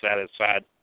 satisfied